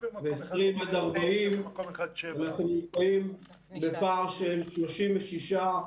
ו-20 עד 40 אנחנו נמצאים בפער של 36%